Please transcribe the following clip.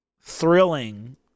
thrilling